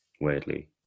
Weirdly